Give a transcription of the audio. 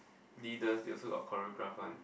leader that also got choreograph one